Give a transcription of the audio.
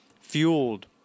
fueled